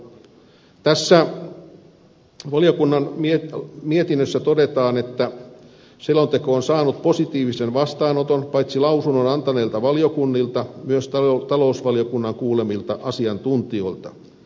tässä valiokunnan mietinnössä todetaan että selonteko on saanut positiivisen vastaanoton paitsi lausunnon antaneilta valiokunnilta myös talousvaliokunnan kuulemilta asiantuntijoilta